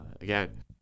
Again